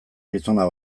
gizona